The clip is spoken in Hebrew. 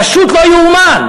פשוט לא ייאמן.